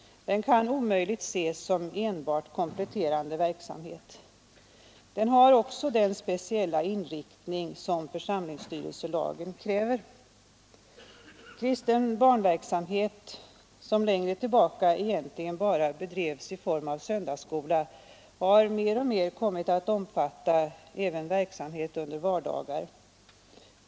Den kan omöjligt ses som enbart kompletterande verksamhet. Den har också den speciella inriktning som församlingsstyrelselagen kräver. Kristen barnverksamhet, som längre tillbaka egentligen bara bedrevs i form av söndagsskola, har mer och mer kommit att omfatta även verksamhet under vardagar.